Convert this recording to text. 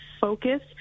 focus